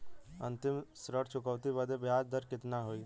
अंतिम ऋण चुकौती बदे ब्याज दर कितना होई?